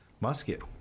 musket